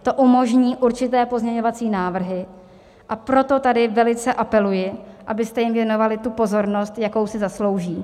To umožní určité pozměňovací návrhy, a proto tady velice apeluji, abyste jim věnovali tu pozornost, jakou si zaslouží.